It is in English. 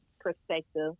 perspective